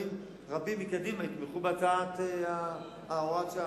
רבים מקדימה יתמכו בהצעת הוראת השעה.